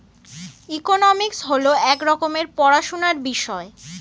economics হল এক রকমের পড়াশোনার বিষয়